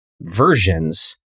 versions